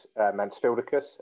Mansfieldicus